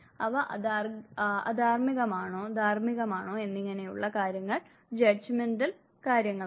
അവ അധാർമികമാണോ ധാർമ്മികമാണോ എന്നിങ്ങനെയുള്ള കാര്യങ്ങൾ ജഡ്ജ്മെന്റൽ കാര്യങ്ങളാണ്